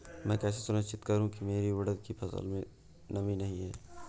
मैं कैसे सुनिश्चित करूँ की मेरी उड़द की फसल में नमी नहीं है?